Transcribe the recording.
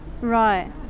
Right